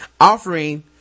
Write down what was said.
offering